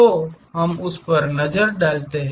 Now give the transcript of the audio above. तो हम उस पर नजर डालते हैं